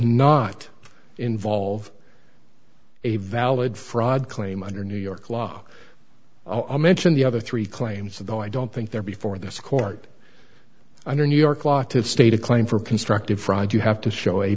not involve a valid fraud claim under new york law i'll mention the other three claims though i don't think they're before this court under new york law to state a claim for constructive fraud you have to show a